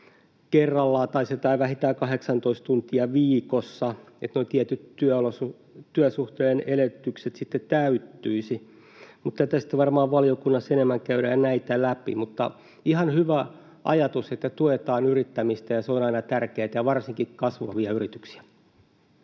kerrallaan tai olisi vähintään 18 tuntia viikossa, niin että tietyt työsuhteen edellytykset täyttyisivät. Varmaan valiokunnassa enemmän käydään näitä läpi. Mutta ihan hyvä ajatus, että tuetaan yrittämistä, se on aina tärkeää, ja varsinkin kasvavia yrityksiä.